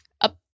Up